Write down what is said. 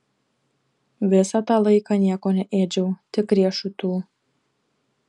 visą tą laiką nieko neėdžiau tik riešutų